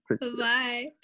Bye